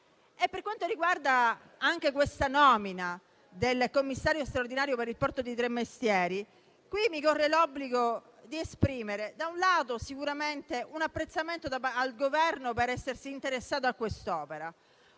Per quanto riguarda la nomina del commissario straordinario per il porto di Tremestieri, mi corre l'obbligo di esprimere sicuramente un apprezzamento al Governo per essersi interessato a quest'opera,